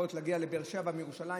וזה יכול להגיע לבאר שבע מירושלים,